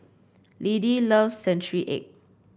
Lidie loves Century Egg